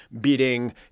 beating